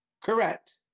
Correct